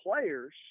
players